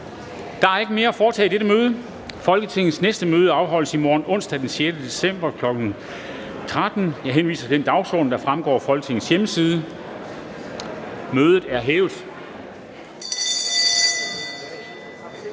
Der er ikke mere at foretage i dette møde. Folketingets næste møde afholdes i morgen, onsdag den 6. november 2019, kl. 13.00. Jeg henviser til den dagsorden, der fremgår af Folketingets hjemmeside. Mødet er hævet.